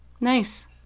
Nice